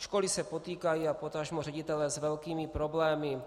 Školy se potýkají, a potažmo ředitelé, s velkými problémy.